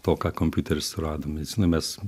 to ką kompiuteris rado medicinoj mes